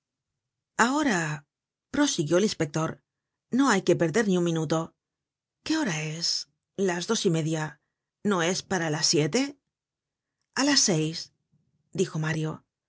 ahora prosiguió el inspector no hay que perder un minuto qué hora es las dos y media no es para las siete alas seis dijo mario